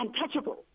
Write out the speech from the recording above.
untouchable